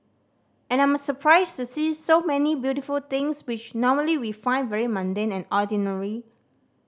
and I'm surprised to see so many beautiful things which normally we find very mundane and ordinary